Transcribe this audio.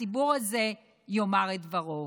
הציבור הזה יאמר את דברו.